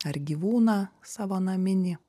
ar gyvūną savo naminį